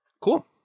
cool